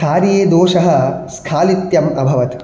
कार्ये दोषः स्खालित्यम् अभवत्